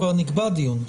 כבר נקבע דיון.